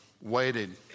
waited